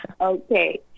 Okay